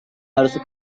harus